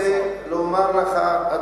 אני רוצה לומר לך,